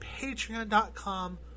patreon.com